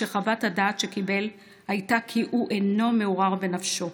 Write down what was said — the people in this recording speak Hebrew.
וחוות הדעת שקיבל הייתה כי הוא אינו מעורער בנפשו.